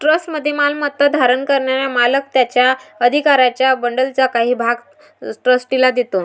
ट्रस्टमध्ये मालमत्ता धारण करणारा मालक त्याच्या अधिकारांच्या बंडलचा काही भाग ट्रस्टीला देतो